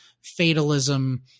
fatalism